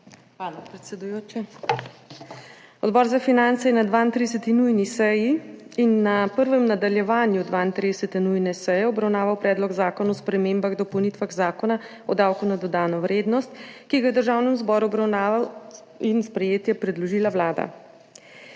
Hvala, predsedujoča. Odbor za finance je na 32. nujni seji in na prvem nadaljevanju 32. nujne seje obravnaval Predlog zakona o spremembah in dopolnitvah Zakona o davku na dodano vrednost, ki ga je Državnemu zboru v obravnavo in sprejetje predložila Vlada.